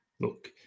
Look